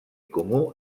comú